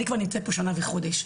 אני כבר נמצאת פה שנה וחודש.